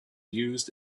used